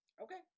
Okay